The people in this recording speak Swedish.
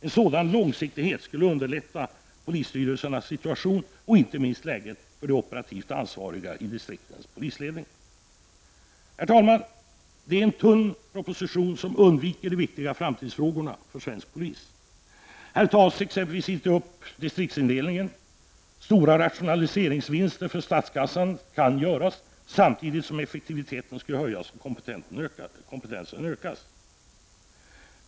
En sådan långsiktighet skulle underlätta polisstyrelsernas situation och inte minst läget för de operativt ansvariga i distriktens polisledningar. Herr talman! Detta är en tunn proposition som undviker de viktiga framtidsfrågorna för svensk polis. Här tas t.ex. distriktsindelningen inte upp. Stora rationaliseringsvinster för statskassan kan göras samtidigt som effektiviteten kan höjas och kompetensen ökas.